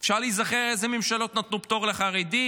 אפשר להיזכר אילו ממשלות נתנו פטור לחרדים,